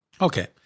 Okay